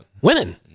women